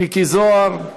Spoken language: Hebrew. מיקי זוהר,